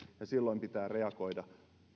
ja silloin pitää reagoida